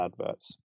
adverts